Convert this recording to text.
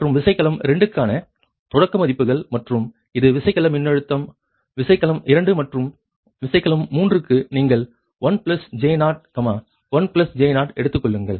மற்றும் விசைக்கலம் 2 க்கான தொடக்க மதிப்புகள் மற்றும் இது விசைக்கல மின்னழுத்தம் விசைக்கலம் 2 மற்றும் விசைக்கலம் 3 க்கு நீங்கள் 1 j0 1 j 0 எடுத்துக்கொள்ளுங்கள்